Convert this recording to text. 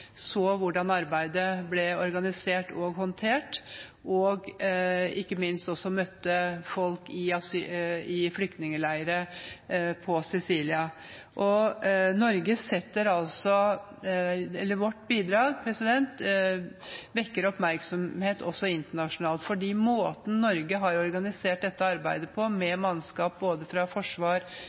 så hvordan arbeidet ble organisert og håndtert, og ikke minst møtte folk i flyktningleirer på Sicilia. Vårt bidrag vekker oppmerksomhet også internasjonalt, fordi måten Norge har organisert dette arbeidet på – med mannskap både fra